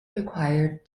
required